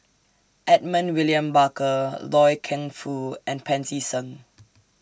Edmund William Barker Loy Keng Foo and Pancy Seng